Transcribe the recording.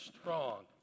strong